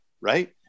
right